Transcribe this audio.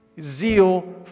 Zeal